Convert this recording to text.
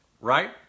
right